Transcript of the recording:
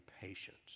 patience